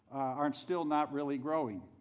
are and still not really growing.